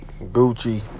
gucci